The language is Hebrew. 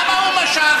למה הוא משך?